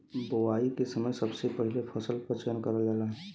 बोवाई के समय सबसे पहिले फसल क चयन करल जाला